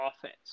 offense